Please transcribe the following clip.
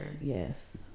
yes